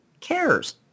cares